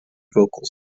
vocals